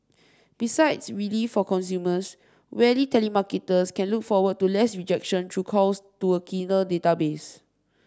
besides relief for consumers weary telemarketers can look forward to less rejection through calls to a cleaner database